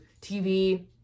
tv